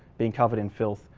being covered in filth,